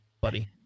Buddy